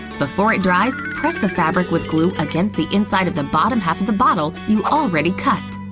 before it dries, press the fabric with glue against the inside of the bottom half of the bottle you already cut.